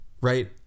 right